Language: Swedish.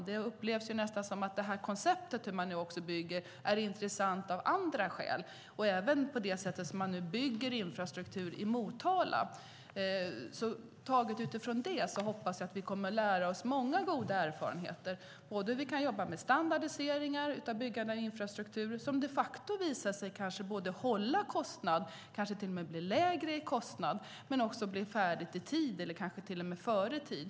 Det upplevs nästan som om det här konceptet för hur man bygger är intressant av andra skäl. Det gäller även det sätt som man nu bygger infrastruktur på i Motala. Taget utifrån det hoppas jag att vi kommer att samla många goda erfarenheter av hur vi kan jobba med standardiseringar i byggandet av infrastruktur som de facto visar sig både hålla kostnad - kanske till och med ge en lägre kostnad - och bli färdigt i tid, kanske till och med före utsatt tid.